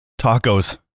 tacos